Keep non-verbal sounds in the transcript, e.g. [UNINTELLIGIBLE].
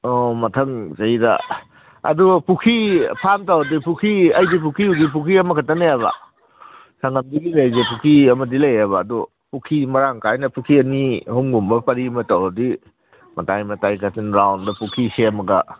ꯑꯣ ꯃꯊꯪ ꯆꯍꯤꯗ ꯑꯗꯨ ꯄꯨꯈ꯭ꯔꯤ ꯐꯥꯔꯝ ꯇꯧꯔꯗꯤ ꯄꯨꯈ꯭ꯔꯤ ꯑꯩꯒꯤ ꯄꯨꯈ꯭ꯔꯤ ꯍꯧꯖꯤꯛꯐꯥꯎꯗ ꯄꯨꯈ꯭ꯔꯤ ꯑꯃꯈꯛꯇꯅꯦꯕ [UNINTELLIGIBLE] ꯄꯨꯈ꯭ꯔꯤ ꯑꯃꯗꯤ ꯂꯩꯌꯦꯕ ꯑꯗꯣ ꯄꯨꯈ꯭ꯔꯤ ꯃꯔꯥꯡ ꯀꯥꯏꯅ ꯄꯨꯈ꯭ꯔꯤ ꯑꯅꯤ ꯑꯍꯨꯝꯒꯨꯝꯕ ꯄꯔꯤ ꯑꯃ ꯇꯧꯔꯗꯤ ꯃꯇꯥꯏ ꯃꯇꯥꯏ ꯀꯥꯆꯤꯟ ꯔꯥꯎꯟꯗ ꯄꯨꯈ꯭ꯔꯤ ꯁꯦꯝꯃꯒ